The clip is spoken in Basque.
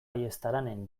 ayestaren